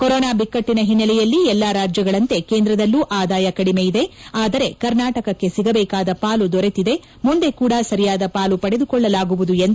corona ಬಿಕ್ಕಟ್ಟನ ಹಿನ್ನೆಲೆಯಲ್ಲಿ ಎಲ್ಲಾ ರಾಜ್ಯಗಳಂತೆ ಕೇಂದ್ರದಲ್ಲೂ ಆದಾಯ ಕಡಿಮೆ ಇದೆ ಆದರೆ ಕರ್ನಾಟಕಕ್ಕೆ ಸಿಗಬೇಕಾದ ಪಾಲು ದೊರೆತಿದೆ ಮುಂದೆ ಕೂಡ ಸರಿಯಾದ ಪಾಲು ಪಡೆದುಕೊಳ್ಳಲಾಗುವುದು ಎಂದು ಅವರು ಪೇಳಿದರು